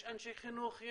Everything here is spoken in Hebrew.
יש אנשי חינוך,